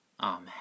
Amen